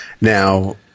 Now